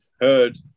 heard